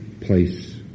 place